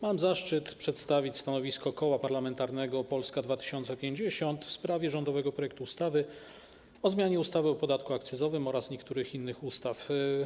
Mam zaszczyt przedstawić stanowisko Koła Parlamentarnego Polska 2050 w sprawie rządowego projektu ustawy o zmianie ustawy o podatku akcyzowym oraz niektórych innych ustaw.